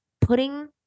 putting